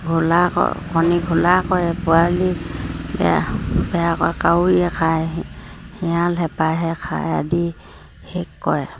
ঘোলা কণী ঘোলা কৰে পোৱালি বেয়া বেয়া কৰে কাউৰীয়ে খায় শিয়াল হেপাই খায় আদি শেষ কৰে